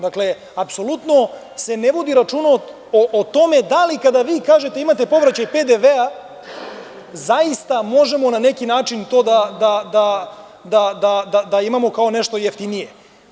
Dakle, apsolutno se ne vodi računa o tome da li kada vi kažete imate povraćaj PDV-a zaista možemo na neki način to da imamo kao nešto jeftinije.